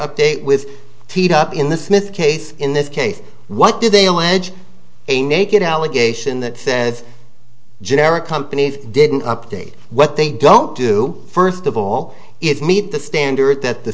update with teed up in the smith case in this case what did they allege a naked allegation that says generic companies didn't update what they don't do first of all it's meet the standard that the